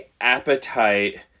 appetite